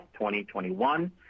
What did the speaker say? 2021